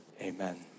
Amen